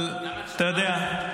אבל אתה יודע,